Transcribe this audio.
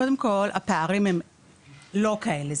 קודם כל הפערים הם לא כאלה.